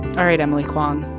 all right, emily kwong,